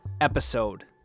episode